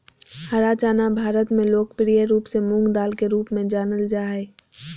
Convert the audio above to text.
हरा चना भारत में लोकप्रिय रूप से मूंगदाल के रूप में जानल जा हइ